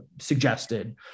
suggested